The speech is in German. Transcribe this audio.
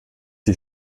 die